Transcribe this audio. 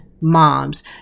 moms